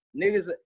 Niggas